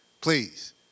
please